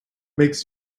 makes